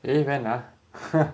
eh when ah